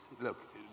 look